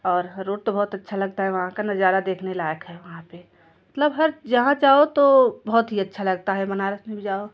और रोड तो बहुत लगता है वहाँ का नज़ारा देखने लायक है वहाँ पे मतलब हर जहाँ चाहो तो बहुत ही लगता है बनारस में जाओ